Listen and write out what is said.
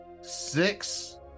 six